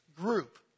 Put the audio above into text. group